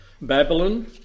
Babylon